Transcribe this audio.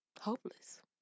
Hopeless